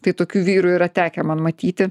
tai tokių vyrų yra tekę man matyti